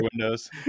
windows